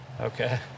Okay